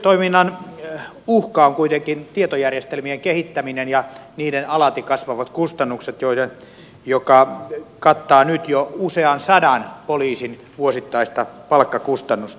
poliisitoiminnan uhka on kuitenkin tietojärjestelmien kehittäminen ja niiden alati kasvavat kustannukset jotka kattavat nyt jo usean sadan poliisin vuosittaista palkkakustannusta